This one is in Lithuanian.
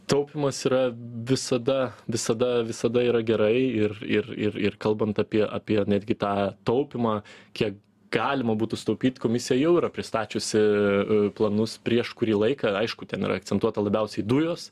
taupymas yra visada visada visada yra gerai ir ir ir ir kalbant apie apie netgi tą taupymą kiek galima būtų sutaupyt komisija jau yra pristačiusi planus prieš kurį laiką aišku ten yra akcentuota labiausiai dujos